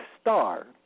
star